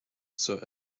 sir